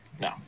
no